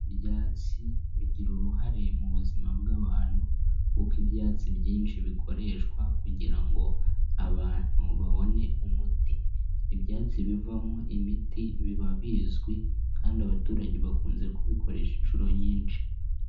Ibyatsi bigira uruhare mu buzima bw'abantu kuko ibyatsi byinshi bikoreshwa kugira ngo abantu babone umuti, ibyatsi bivamo imiti biba bizwi kandi abaturage bakunze kubikoresha inshuro nyinshi.